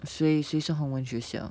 谁谁是宏文学校